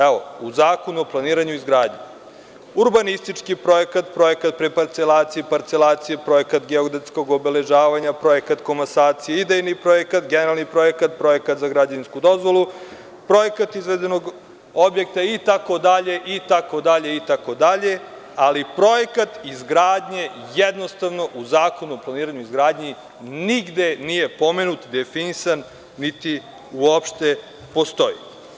Evo u Zakonu o planiranju i izgradnji urbanistički projekta, projekat pri parcelaciji, parcelacija projekta, geodetsko obeležavanja, projekat komosacije, idejni projekat, generalni projekta, projekat za građevinsku dozvolu, projekat izvedenog objekta itd, itd, ali projekat izgradnje jednostavno u Zakonu o planiranju i izgradnji nigde nije pomenut, definisan niti uopšte postoji.